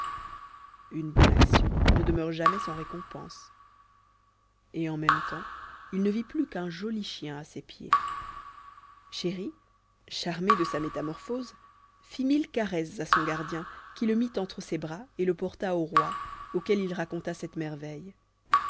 une bonne action ne demeure point sans récompense et en même temps il ne vit plus qu'un joli chien à ses pieds chéri charmé de sa métamorphose fit mille caresses à son gardien qui le prit entre ses bras et le porta au roi auquel il raconta cette merveille